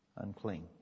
Unclean